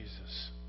Jesus